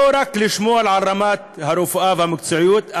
לא רק לשמור על רמת הרפואה והמקצועיות,